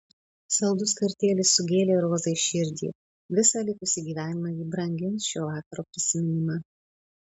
saldus kartėlis sugėlė rozai širdį visą likusį gyvenimą ji brangins šio vakaro prisiminimą